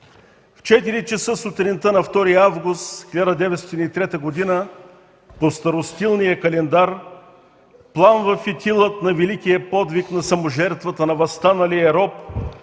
часа сутринта на 2 август 1903 г. по старостилния календар пламва фитилът на великия подвиг на саможертвата на въстаналия роб,